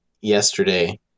yesterday